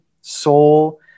soul